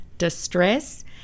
distress